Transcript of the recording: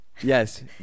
Yes